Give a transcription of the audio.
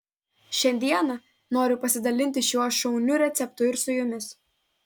šiandieną noriu pasidalinti šiuo šauniu receptu ir su jumis